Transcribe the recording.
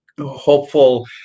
hopeful